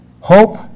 hope